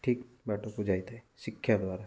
ଠିକ ବାଟକୁ ଯାଇଥାଏ ଶିକ୍ଷା ଦ୍ୱାରା